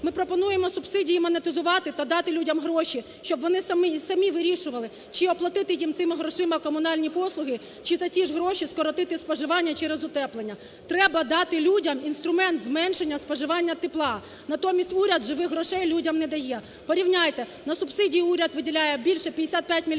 Ми пропонуємо субсидії монетизувати та дати людям гроші, щоб вони самі вирішували, чи оплатити їм цими грошима комунальні послуги чи за ті ж гроші скоротити споживання через утеплення. Треба дати людям інструмент зменшення споживання тепла. Натомість уряд живих грошей людям не дає. Порівняйте: на субсидії уряд виділяє більше 55 мільярдів